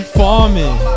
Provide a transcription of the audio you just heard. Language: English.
farming